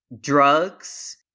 drugs